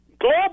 global